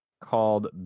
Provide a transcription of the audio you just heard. called